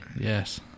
yes